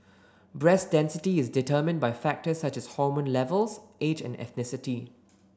breast density is determined by factors such as hormone levels age and ethnicity